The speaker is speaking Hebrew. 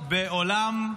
הייתי במטולה.